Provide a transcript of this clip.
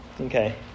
Okay